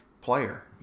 player